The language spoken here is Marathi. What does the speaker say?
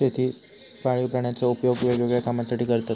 शेतीत पाळीव प्राण्यांचो उपयोग वेगवेगळ्या कामांसाठी करतत